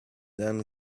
then